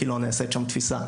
כי לא נעשית שם תפיסה.